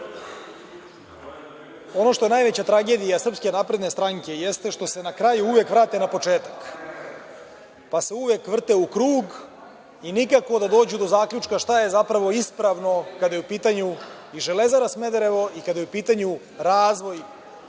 ono što je najveća tragedija SNS jeste što se na kraju uvek vrate na početak, pa se uvek vrte u krug i nikako da dođu do zaključka šta je zapravo ispravno kada je u pitanju i Železara Smederevo i kada je u pitanju